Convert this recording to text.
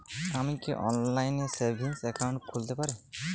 আমি কি অনলাইন এ সেভিংস অ্যাকাউন্ট খুলতে পারি?